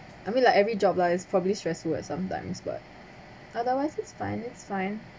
I mean like every job lah it's probably stressful sometimes but otherwise it's fine it's fine